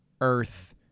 earth